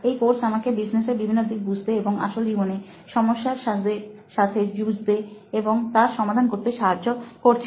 এই কোর্স আমাকে বিজনেসের বিভিন্ন দিক বুঝতে এবং আসল জীবনে সমস্যার সাথে যুজতে এবং তা সমাধান করতে সাহায্য করছে